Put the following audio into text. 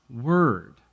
word